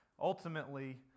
Ultimately